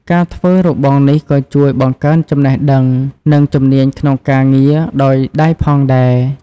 ការធ្វើរបងនេះក៏ជួយបង្កើនចំណេះដឹង និងជំនាញក្នុងការងារដោយដៃផងដែរ។